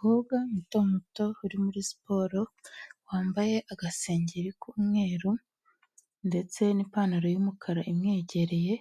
Umukobwa muto muto uri muri siporo wambaye agasengeri k'umweru ndetse n'ipantaro y'umukara imwegereye